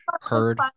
heard